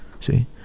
See